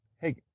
hey